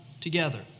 together